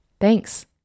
Thanks